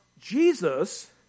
Jesus